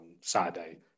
Saturday